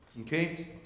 Okay